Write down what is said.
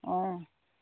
অঁ